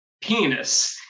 penis